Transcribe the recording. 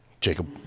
Jacob